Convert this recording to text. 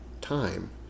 time